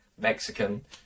Mexican